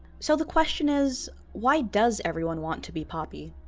so the question is, why does everyone want to be poppy?